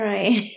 Right